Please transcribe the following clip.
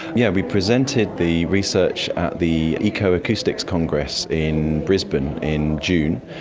yeah we presented the research at the ecoacoustics congress in brisbane in june,